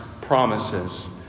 promises